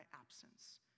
absence